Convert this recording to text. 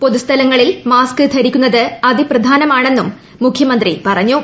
പൊതുസ്ഥലങ്ങളിൽ മാസ്ക് ധരിക്കുന്നത് അതിപ്രധാനമെന്ന് മുഖ്യമന്ത്രി പറഞ്ഞു